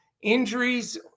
Injuries